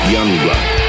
Youngblood